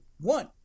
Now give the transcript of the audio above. one